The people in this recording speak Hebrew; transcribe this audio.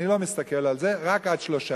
אני לא מסתכל על זה, רק עד שלושה.